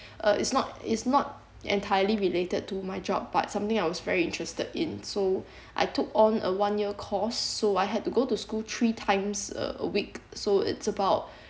uh it's not it's not entirely related to my job but something I was very interested in so I took on a one year course so I had to go to school three times uh a week so it's about